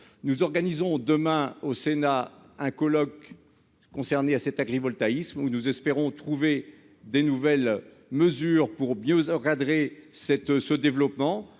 Nous organisons demain au Sénat un colloque consacré à l'agrivoltaïsme. Nous espérons trouver de nouvelles mesures pour mieux encadrer son développement.